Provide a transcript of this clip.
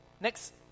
Next